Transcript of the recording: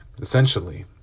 essentially